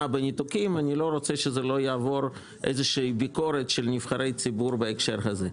בניתוקים אני לא רוצה שזה לא יעבור ביקורת של נבחרי ציבור בהקשר הזה.